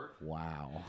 wow